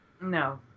No